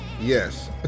Yes